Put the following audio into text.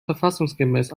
verfassungsgemäß